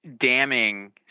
damning